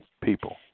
people